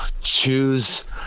choose